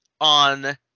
on